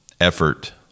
effort